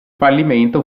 fallimento